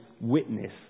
witness